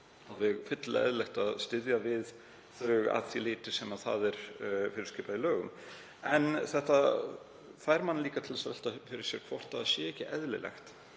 og fyllilega eðlilegt að styðja við þau að því leyti sem það er fyrirskipað í lögum. En þetta fær mann til að velta því fyrir sér hvort það sé ekki eðlilegt,